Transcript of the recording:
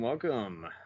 Welcome